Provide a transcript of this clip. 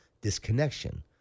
disconnection